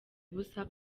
ubusa